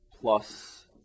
plus